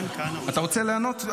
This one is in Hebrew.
אתה רוצה לענות?